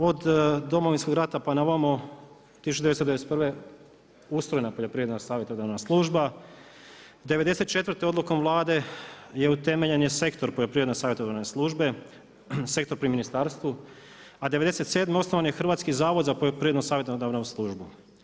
Od Domovinskog rata pa na ovamo, 1991., ustrojena je poljoprivredna savjetodavna služba, 1994. odlukom Vlade utemeljen je Sektor Poljoprivredne savjetodavne službe, sektor pri ministarstvu a '97. osnovan je Hrvatski zavod za poljoprivrednu savjetodavnu službu.